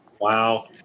Wow